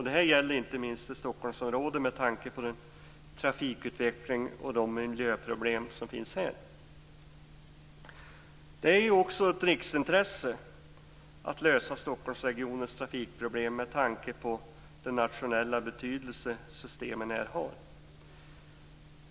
Det gäller inte minst Stockholmsområdet med tanke på den trafikutveckling och de miljöproblem som finns här. Det är också ett riksintresse att lösa Stockholmsregionens trafikproblem med tanke på den nationella betydelse som systemen här har.